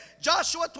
Joshua